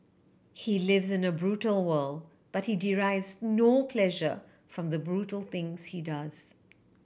he lives in a brutal world but he derives no pleasure from the brutal things he does